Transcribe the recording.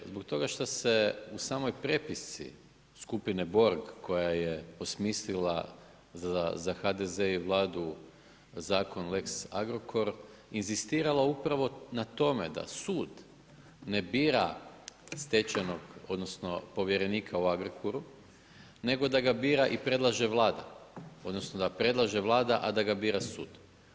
Zbog toga što se u samoj prepisci skupine Borg koja je osmislila za HDZ i Vladu Zakon lex-Agrokor inzistiralo upravo na tome da su ne bira stečajnog, odnosno povjerenika u Agrokoru, nego da ga bira i predlaže Vlada odnosno da predlaže Vlada, a da ga bira sud.